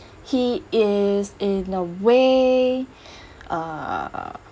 he is in a way uh